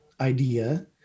idea